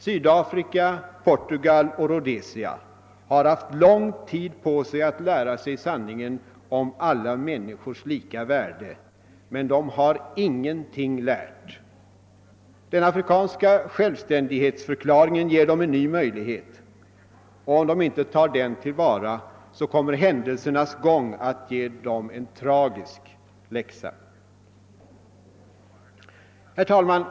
Sydafrika, Portugal och Rhodesia har haft lång tid på sig att lära sig sanningen om alla människors lika värde. Men de har ingenting lärt. Den afrikanska självständighetsförklaringen ger dem en ny möjlighet. Om de inte tar den till vara kommer händelsernas gång att ge dem en tragisk läxa.